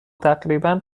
تقریبا